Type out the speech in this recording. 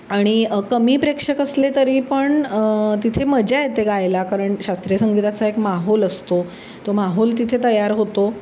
आणि कमी प्रेक्षक असले तरी पण तिथे मजा येते गायला कारण शास्त्रीय संगीताचा एक माहोल असतो तो माहोल तिथे तयार होतो